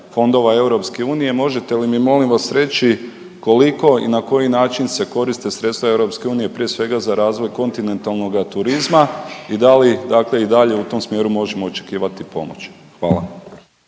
fondova EU, možete li mi molim vas reći koliko i na koji način se koriste sredstva EU, prije svega, za razvoj kontinentalnoga turizma i da li dakle i dalje u tom smjeru možemo očekivati pomoć? Hvala.